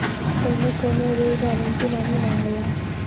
कउनो कउनो ऋण गारन्टी नाही मांगला